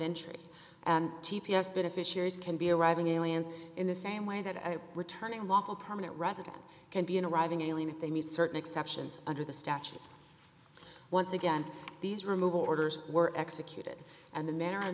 entry and t p s beneficiaries can be arriving aliens in the same way that a returning lawful permanent resident can be an arriving alien if they meet certain exceptions under the statute once again these removal orders were executed and the m